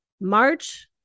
March